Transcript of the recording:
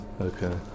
Okay